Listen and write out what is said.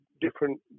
different